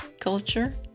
culture